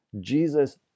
Jesus